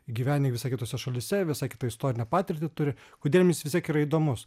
gyvenę visai kitose šalyse visai kitą istorinę patirtį turi kodėl jiems vis tiek yra įdomus